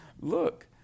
look